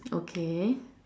okay